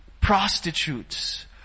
prostitutes